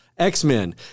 X-Men